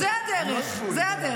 אדוני היושב בראש, תאפס.